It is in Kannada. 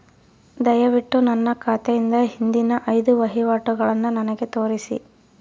ದಯವಿಟ್ಟು ನನ್ನ ಖಾತೆಯಿಂದ ಹಿಂದಿನ ಐದು ವಹಿವಾಟುಗಳನ್ನು ನನಗೆ ತೋರಿಸಿ